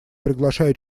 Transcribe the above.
приглашаю